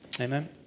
Amen